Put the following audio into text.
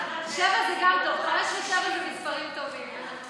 ושבעה זה מספרים טובים.